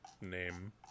name